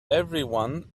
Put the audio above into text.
everyone